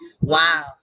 Wow